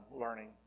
learning